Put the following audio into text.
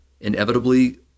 Inevitably